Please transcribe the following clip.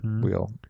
wheel